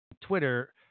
Twitter